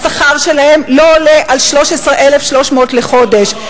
השכר שלהם לא עולה על 13,300 שקלים לחודש.